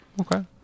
Okay